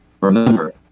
remember